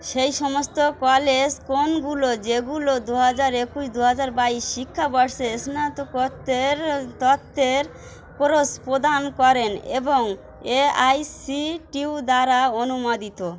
সেই সমস্ত কলেজ কোনগুলো যেগুলো দু হাজার একুশ দু হাজার বাইশ শিক্ষাবর্ষে স্নাতকত্ত্বের তত্ত্বের কোর্স প্রদান করেন এবং A I C T U দ্বারা অনুমোদিত